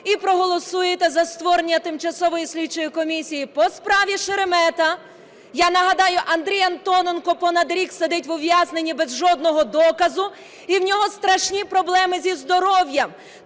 і проголосуєте за створення тимчасової слідчої комісії по справі Шеремета. Я нагадаю, Андрій Антоненко понад рік сидить в ув'язненні без жодного доказу і в нього страшні проблеми зі здоров'ям.